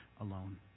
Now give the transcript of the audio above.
alone